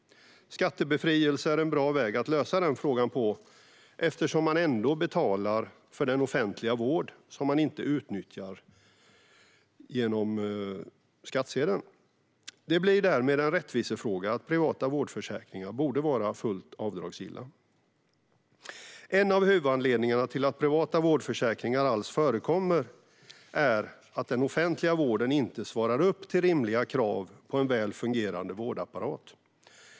Skattebefrielse är en bra väg att lösa den frågan på eftersom man ändå genom skattsedeln betalar för den offentliga vård man inte utnyttjar. Det blir därmed en rättvisefråga att privata vårdförsäkringar borde vara fullt avdragsgilla. En av huvudanledningarna till att privata vårdförsäkringar alls förekommer är att den offentliga vården inte svarar upp till rimliga krav på en väl fungerande vårdapparat.